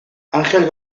ángel